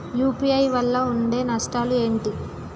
UPI వల్ల ఉండే నష్టాలు ఏంటి??